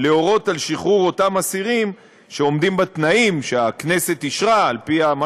להורות על שחרור אסירים שעומדים בתנאים שהכנסת אישרה על פי מה